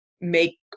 make